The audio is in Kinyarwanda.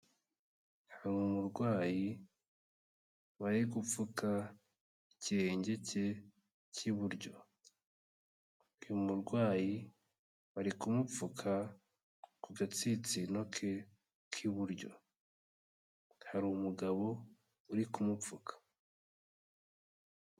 Hari umurwayi bari gupfuka ikirenge ke k'iburyo, uyu murwayi bari kumupfuka ku gatsinsino ke k'iburyo, harimu umugabo uri kumupfuka.